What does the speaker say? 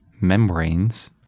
membranes